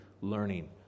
learning